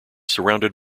surrounded